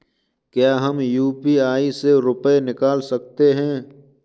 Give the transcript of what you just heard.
क्या हम यू.पी.आई से रुपये निकाल सकते हैं?